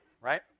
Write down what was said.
right